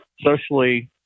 socially